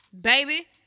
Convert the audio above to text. baby